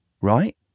Right